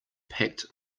packed